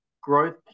Growth